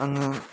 आङो